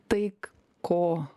tai ko